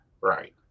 Right